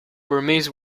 burmese